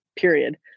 period